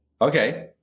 Okay